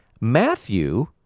Matthew